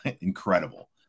incredible